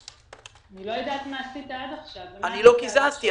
אני לא יודעת מה עשית עד עכשיו --- לא קיזזתי.